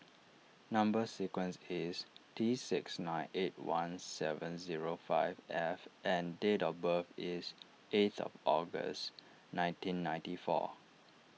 Number Sequence is T six nine eight one seven zero five F and date of birth is eighth of August nineteen ninety four